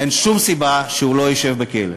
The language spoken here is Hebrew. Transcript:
אין שום סיבה שהוא לא ישב בכלא.